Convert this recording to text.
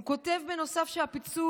הוא כותב בנוסף שהפיצול,